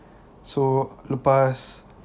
so lepas